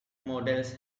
models